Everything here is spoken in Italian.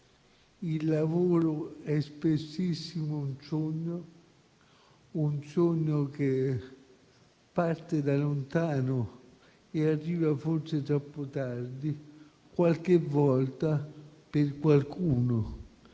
il lavoro è molto spesso un sogno che parte da lontano e arriva forse troppo tardi; qualche volta per qualcuno